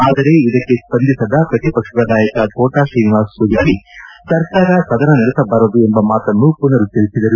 ಆದರೆ ಇದಕ್ಕೆ ಸ್ಪಂದಿಸದ ಪ್ರತಿಪಕ್ಷದ ನಾಯಕ ಕೋಟಾ ತ್ರೀನಿವಾಸ್ ಪೂಜಾರಿ ಸರ್ಕಾರ ಸದನ ನಡೆಸಬಾರದು ಎಂಬ ಮಾತನ್ನು ಪುನರುಚ್ಚರಿಸಿದರು